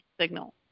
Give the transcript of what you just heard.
signal